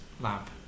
lab